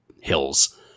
hills